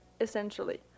essentially